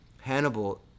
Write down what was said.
Hannibal